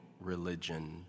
religion